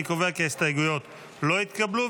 אני קובע כי ההסתייגויות לא התקבלו.